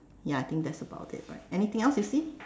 ya I think that's about it right anything else you see